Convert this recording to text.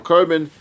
Carbon